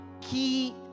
key